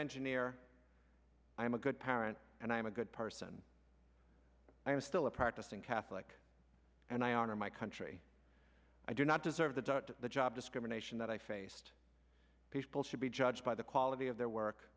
engineer i am a good parent and i am a good person i am still a practicing catholic and i honor my country i do not deserve the just the job discrimination that i faced people should be judged by the quality of their work